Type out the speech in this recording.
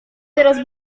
teraz